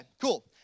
cool